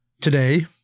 today